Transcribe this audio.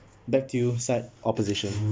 back to you side opposition